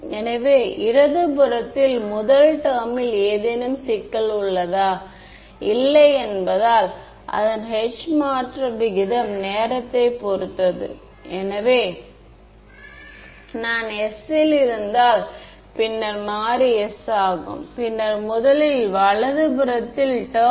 எனவே நான் மின்சாரத் துறையை 3 வெக்டர்கள் EsxEsyEsz ஆக டீகம்போஸ் செய்து விட்டேன் என்று வரையறுத்துள்ளேன்